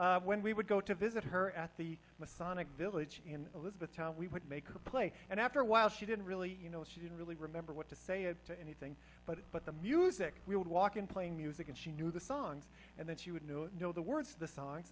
so when we would go to visit her at the masonic village in elizabeth how we would make her play and after a while she didn't really you know she didn't really remember what to say it to anything but but the music we would walk in playing music and she knew the songs and then she would know the words the so